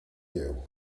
you